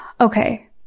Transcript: okay